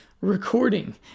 recording